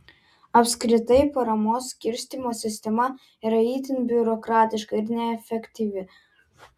apskritai paramos skirstymo sistema yra itin biurokratiška ir neefektyvi